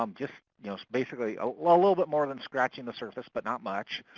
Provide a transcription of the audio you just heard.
um just you know so basically a little ah little bit more than scratching the surface, but not much.